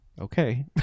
okay